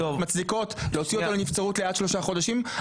שמצדיקות להוציא אותו לנבצרות לעד שלושה חודשים,